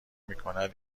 میکند